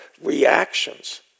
reactions